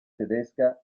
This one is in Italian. tedesca